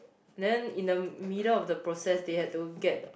then in the middle of the process they had to get